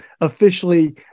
officially